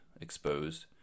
exposed